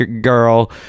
girl